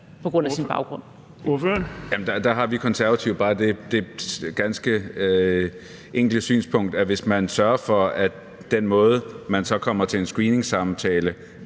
Marcus Knuth (KF): Der har vi Konservative bare det ganske enkle synspunkt, at hvis man sørger for, at den måde, man kommer til en screeningsamtale